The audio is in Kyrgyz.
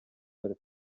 берет